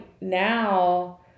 now